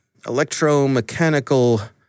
electromechanical